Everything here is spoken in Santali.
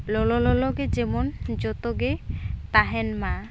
ᱞᱚᱞᱚᱜᱮ ᱡᱮᱢᱚᱱ ᱡᱚᱛᱚᱜᱮ ᱛᱟᱦᱮᱱ ᱢᱟ